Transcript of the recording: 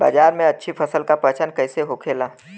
बाजार में अच्छी फसल का पहचान कैसे होखेला?